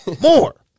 more